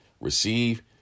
receive